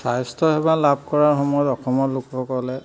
স্বাস্থ্যসেৱা লাভ কৰাৰ সময়ত অসমৰ লোকসকলে